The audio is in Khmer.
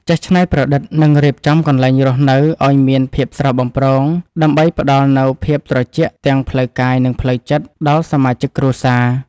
ចេះច្នៃប្រឌិតនិងរៀបចំកន្លែងរស់នៅឱ្យមានភាពស្រស់បំព្រងដើម្បីផ្ដល់នូវភាពត្រជាក់ទាំងផ្លូវកាយនិងផ្លូវចិត្តដល់សមាជិកគ្រួសារ។